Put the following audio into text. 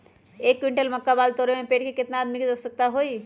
एक क्विंटल मक्का बाल तोरे में पेड़ से केतना आदमी के आवश्कता होई?